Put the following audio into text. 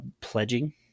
pledging